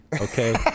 okay